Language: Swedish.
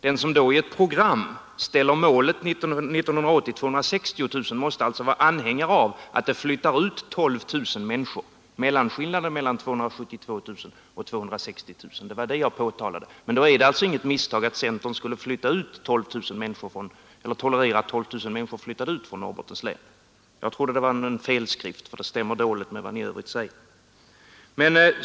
Den som då i ett program sätter befolkningssiffran för 1980 till 260 000 måste alltså vara anhängare av att det flyttar ut 12 000 människor, dvs. mellanskillnaden mellan 272 00 och 260 000. Det var detta jag påtalade. Då är det alltså inget misstag att centern skulle tolerera att 12 000 människor flyttar ut från Norrbottens län. Jag trodde att det var en felskrivning, för det stämmer dåligt med vad ni i övrigt säger.